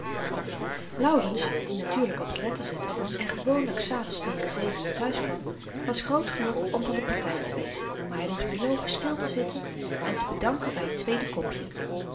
laurens die natuurlyk op t letterzetten was en gewoonlyk s avends tegen zeven uur thuiskwam was groot genoeg om van de party te wezen maar hy moest beloven stil te zitten en te bedanken by t tweede kopje